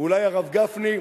ואולי הרב גפני,